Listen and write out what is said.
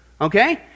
okay